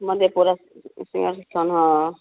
मधेपुरा सिंहेस्वर स्थान हाँ